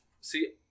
See